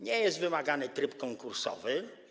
Nie jest wymagany tryb konkursowy.